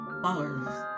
followers